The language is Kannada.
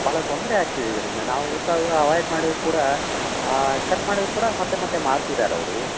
ಭಾಳ ತೊಂದರೆ ಆಗ್ತಿದೆ ಇದರಿಂದ ನಾವು ಎಷ್ಟಾದರು ಅವಯ್ಡ್ ಮಾಡಿದರೂ ಕೂಡ ಕಟ್ ಮಾಡದರೂ ಕೂಡ ಮತ್ತೆ ಮತ್ತೆ ಮಾಡ್ತಿದಾರೆ ಅವರು